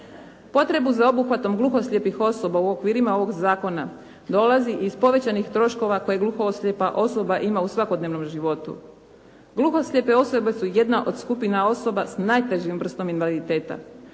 Potrebu za obuhvatom gluho-slijepih osoba u okvirima ovoga zakona dolazi iz povećanih troškova koje gluho-slijepa osoba ima u svakodnevnom životu. Gluho-slijepe osobe su jedna od skupina osoba sa najtežim vrstom invaliditeta.